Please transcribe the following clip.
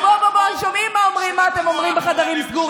עשינו טעות קשה